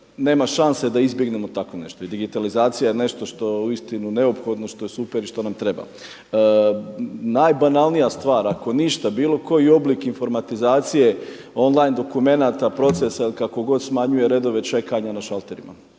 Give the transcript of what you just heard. nema šanse da izbjegnemo tako nešto. I digitalizacija je nešto što je uistinu neophodno, što je super i što nam treba. Najbanalnija stvar ako ništa bilo koji oblik informatizacije on-line dokumenata, procesa ili kako god smanjuje redove čekanja na šalterima